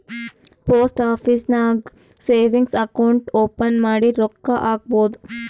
post office ನಾಗ್ savings account open ಮಾಡಿ ರೊಕ್ಕಾ ಹಾಕ್ಬೋದ್